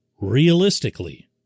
realistically